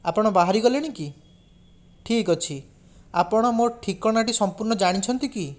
ଆପଣ ବାହାରି ଗଲେଣି କି ଠିକ୍ ଅଛି ଆପଣ ମୋ ଠିକଣାଟି ସମ୍ପୂର୍ଣ୍ଣ ଜାଣିଛନ୍ତି କି